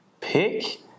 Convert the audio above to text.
pick